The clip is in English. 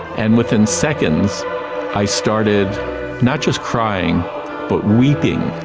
and within seconds i started not just crying but weeping,